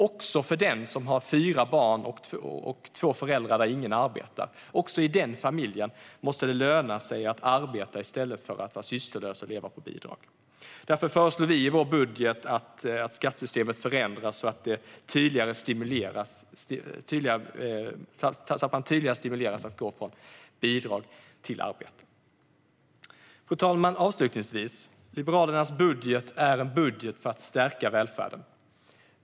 Även om en familj har fyra barn och två föräldrar varav ingen arbetar måste det löna sig för föräldrarna att börja arbeta i stället för att vara sysslolösa och leva på bidrag. Därför föreslår vi i vår budget att skattesystemet förändras så att man tydligare stimuleras att gå från bidrag till arbete. Fru talman! Liberalernas budget är en budget för att stärka välfärden.